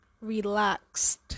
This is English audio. relaxed